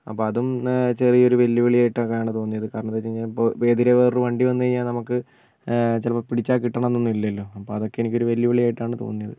അപ്പോൾ അതും ചെറിയൊരു വെല്ലുവിളിയായിട്ടൊക്കെയാണ് തോന്നിയത് കാരണം എന്താ വെച്ചു കഴിഞ്ഞാൽ ഇപ്പോൾ എതിരെ വേറൊരു വണ്ടി വന്നു കഴിഞ്ഞാൽ നമുക്ക് ചിലപ്പോൾ പിടിച്ചാൽ കിട്ടണംന്നൊന്നും ഇല്ലല്ലോ അപ്പോൾ അതൊക്കെ എനിക്കൊരു വെല്ലുവിളിയായിട്ടാണ് തോന്നിയത്